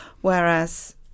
Whereas